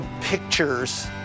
pictures